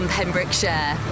Pembrokeshire